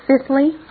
Fifthly